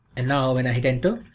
and now when i hit enter,